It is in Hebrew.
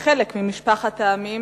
כחלק ממשפחת העמים,